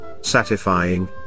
satisfying